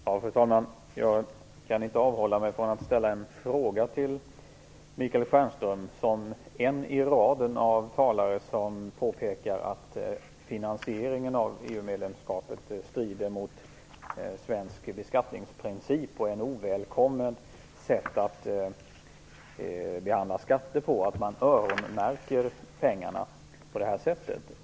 Fru talman! Jag kan inte avhålla mig från att ställa en fråga till Michael Stjernström som en i raden av talare som påpekar att finansieringen av EU medlemskapet strider mot svensk beskattningsprincip och är ett ovälkommet sätt att behandla skatter på, dvs. att man öronmärker pengarna på det här sättet.